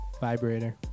Vibrator